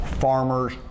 farmers